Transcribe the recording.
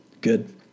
Good